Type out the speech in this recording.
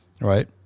right